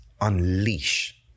unleash